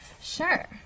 Sure